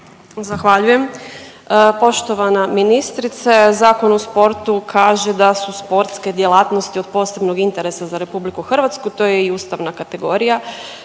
Zahvaljujem. Poštovana ministrice, Zakon o sportu kaže da su sportske djelatnosti od posebnog interesa za RH to je i ustavna kategorija,